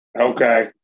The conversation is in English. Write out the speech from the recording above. Okay